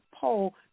poll